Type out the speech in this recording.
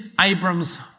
Abram's